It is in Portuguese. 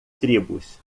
tribos